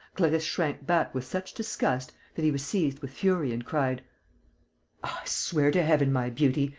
clarisse shrank back with such disgust that he was seized with fury and cried i swear to heaven, my beauty,